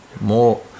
more